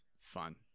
fun